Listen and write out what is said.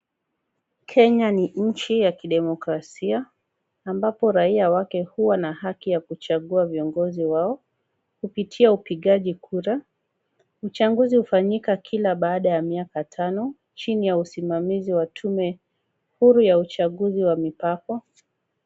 Kenya ni nchi ya kidemokrasia ambapo raia wake huwa na haki ya kuchagua viongozi wao kupitia upigaji kura. Uchaguzi hufanyika kila baada ya miaka tano chini ya usimamizi wa tume huru ya uchaguzi wa mipaka.